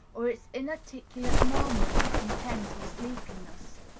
or its inarticulate murmurs of content or sleepiness.